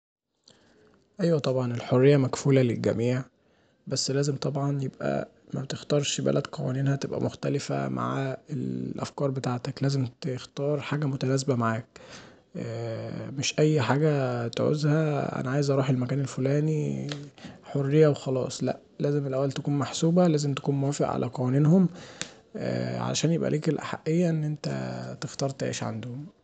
أيوه طبعا الحريه مكفوله للجميع، بس لازم طبعا يعني متختارش بلد قوانينها تبقي مختلفه مع الأفكار بتاعتك لازم تختار حاجه متناسبه معاك، مش اي حاجه تعوزها انا عايز اروح المكان الفلاني حريه وخلاص، لا لازم الأول تكون محسوبه لازم تكون موافق علي قوانينهم عشان يبقي ليك الأحقيه ان انت تختار تعيش عندهم.